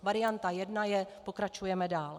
Varianta jedna je pokračujeme dál.